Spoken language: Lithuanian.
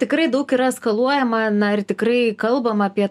tikrai daug yra eskaluojama na ir tikrai kalbam apie